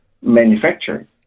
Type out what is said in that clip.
manufacturing